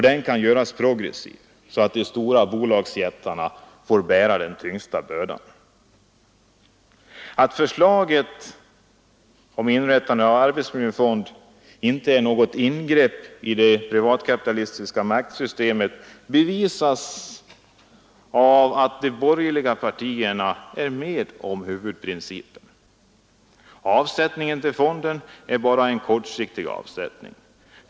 Den kan göras progressiv, så att de stora bolagsjättarna får bära en tyngre börda. Att förslaget om inrättande av en arbetsmiljöfond inte är något ingrepp i det privatkapitalistiska maktsystemet bevisas av att alla de borgerliga partierna är med på huvudprincipen. Avsättningen till fonden är bara en kortsiktig avsättning.